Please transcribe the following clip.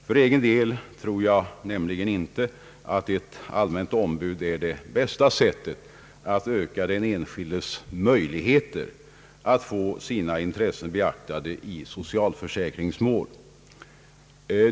För egen del tror jag nämligen inte att tillsättandet av ett allmänt ombud är det bästa sättet att öka den enskildes möjlighet att få sina intressen beaktade i socialförsäkringsmål.